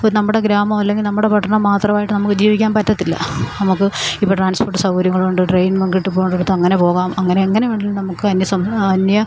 ഒരു നമ്മുടെ ഗ്രാമം അല്ലെങ്കിൽ നമ്മുടെ പട്ടണം മാത്രമായിട്ട് നമുക്ക് ജീവിക്കാൻ പറ്റത്തില്ല നമുക്ക് ഇപ്പോൾ ട്രാൻസ്പോർട്ട് സൌകര്യങ്ങളുണ്ട് ട്രെയിനൊന്നും കിട്ടി പോകേണ്ടടുത്ത് അങ്ങനെ പോകാം അങ്ങനെ എങ്ങനെ വേണമെങ്കിലും നമുക്കന്യ അന്യ